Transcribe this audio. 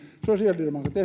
sosiaalidemokraatit